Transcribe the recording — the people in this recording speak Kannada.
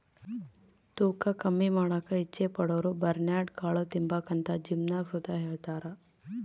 ತೂಕ ಕಮ್ಮಿ ಮಾಡಾಕ ಇಚ್ಚೆ ಪಡೋರುಬರ್ನ್ಯಾಡ್ ಕಾಳು ತಿಂಬಾಕಂತ ಜಿಮ್ನಾಗ್ ಸುತ ಹೆಳ್ತಾರ